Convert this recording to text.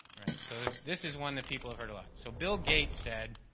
right, so this is one that people have heard a lot. so, bill gates said,